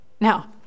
Now